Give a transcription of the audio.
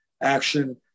action